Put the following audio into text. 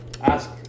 ask